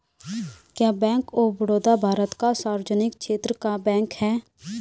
क्या Bank of Baroda Bharat का सार्वजनिक क्षेत्र का बैंक है?